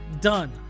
done